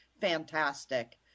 fantastic